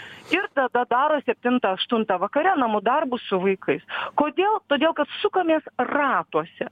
ir tada daro septintą aštuntą vakare namų darbus su vaikais kodėl todėl kad sukamės ratuose